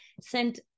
sent